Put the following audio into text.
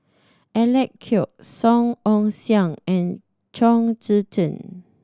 Alec Kuok Song Ong Siang and Chong Tze Chien